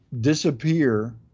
disappear